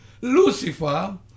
Lucifer